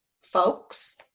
folks